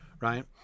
right